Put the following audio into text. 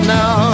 now